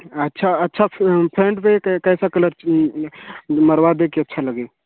अच्छा अच्छा front front पे के कैसा चाहिए मरवा दे कि अच्छा लगे